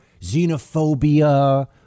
xenophobia